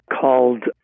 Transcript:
called